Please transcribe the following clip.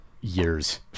years